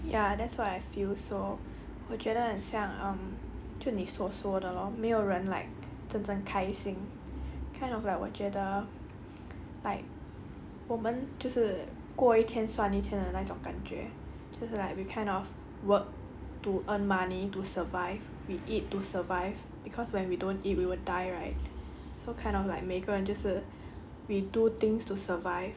ya that's what I feel so 我觉得很像就 um 就你所说的 lor 没有人 like 真正开心 kind of like 我觉得 like 我们就是过一天算一天的那种感觉就是 like we kind of work to earn money to survive we eat to survive cause when we don't eat we will die right so kind of like 每个人就是 we do things to survive